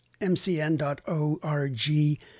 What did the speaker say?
mcn.org